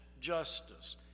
justice